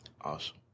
Awesome